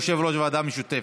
יושב-ראש הוועדה המשותפת.